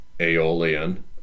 Aeolian